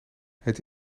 het